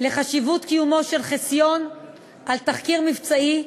לחשיבות קיומו של חיסיון על תחקיר מבצעי.